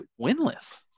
winless